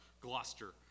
Gloucester